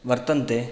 वर्तन्ते